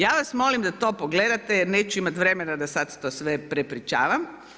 Ja vas molim da to pogledate jer neću imati vremena da sad to sve prepričavam.